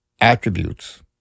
attributes